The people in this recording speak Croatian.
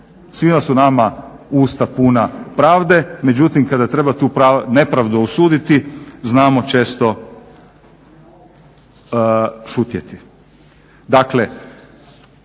svima su nama usta puna pravde međutim kada treba tu nepravdu osuditi znamo često šutjeti.